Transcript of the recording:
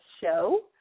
show